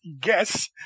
guess